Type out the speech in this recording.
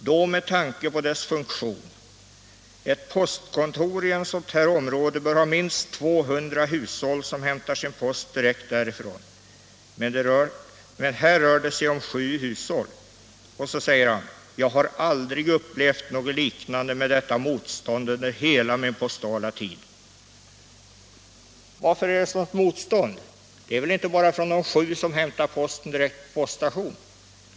Då med tanke på dess funktion. Ett postkontor i ett sånt här område bör ha minst 200 hushåll, som hämtar sin post 110 direkt därifrån. Men här rör det sig om sju hushåll.” Vidare säger han: ”Jag har aldrig upplevt något liknande med detta motstånd under hela min postala tid.” Varför är det ett sådant motstånd? Det är väl inte bara från de sju som hämtar sin post direkt på poststationen.